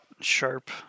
sharp